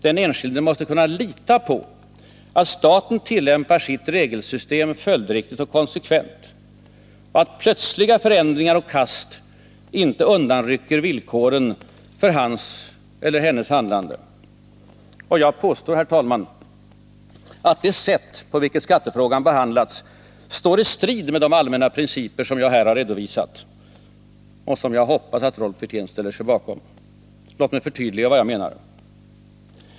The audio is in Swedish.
Den enskilde måste kunnallita på att staten tillämpar sitt regelsystem följdriktigt och konsekvent och att plötsliga förändringar och kast inte undanrycker villkoren för hans eller hennes handlande. Jag påstår, herr talman, att det sätt på vilket skattefrågan behandlats står i strid med de allmänna principer som jag här har redovisat och som jag hoppas att Rolf Wirtén ställer sig bakom. Låt mig förtydliga vad jag menar.